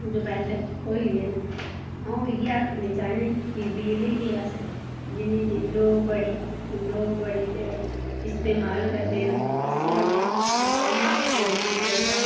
depend होई दे न आ'ऊं इयै आखनी चाहन्नीं कि बिजली गी अस जिन्नी जिन्नी लोक बड़ी लोक बड़ी ते इस्तमाल करदे न इसी असें बचाइयै रक्खना चाहिदा